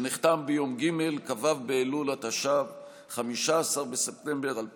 דיון והצבעה 6 היו"ר יריב